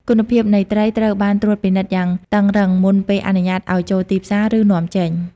គុណភាព នៃត្រីត្រូវបានត្រួតពិនិត្យយ៉ាងតឹងរ៉ឹងមុនពេលអនុញ្ញាតឱ្យចូលទីផ្សារ ឬនាំចេញ។